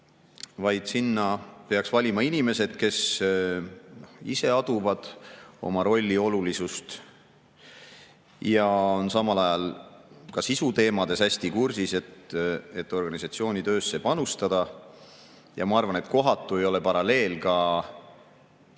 Sinna peaks valima inimesed, kes aduvad oma rolli olulisust ja on samal ajal ka sisuteemadega hästi kursis, et organisatsiooni töösse panustada. Ma arvan, et kohatu ei ole paralleel ka